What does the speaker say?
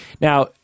now